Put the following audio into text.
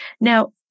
Now